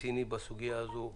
רציני בסוגיה הזו.